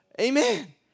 amen